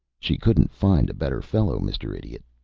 she couldn't find a better fellow, mr. idiot,